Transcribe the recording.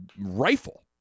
rifle